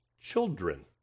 children